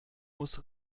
muss